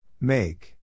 Make